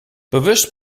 bewust